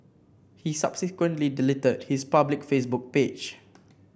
he subsequently deleted his public Facebook page